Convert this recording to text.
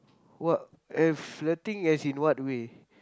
what I flirting as in what way